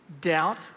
doubt